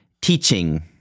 teaching